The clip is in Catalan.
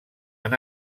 han